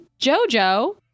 JoJo